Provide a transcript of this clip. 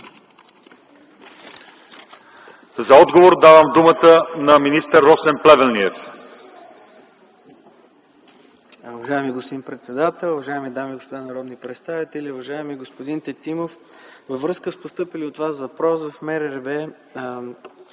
За отговор давам думата на министър Росен Плевнелиев.